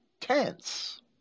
tense